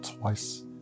twice